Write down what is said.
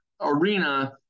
arena